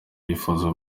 yifuza